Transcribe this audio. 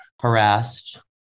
harassed